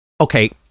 Okay